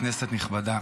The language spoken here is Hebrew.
כנסת נכבדה,